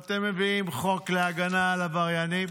אתם מביאים חוק להגנה על עבריינים.